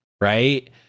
right